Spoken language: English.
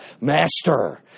Master